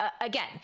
again